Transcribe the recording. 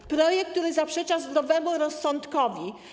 To projekt, który zaprzecza zdrowemu rozsądkowi.